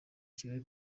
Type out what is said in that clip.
kigali